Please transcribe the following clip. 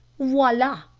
voila!